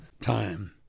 time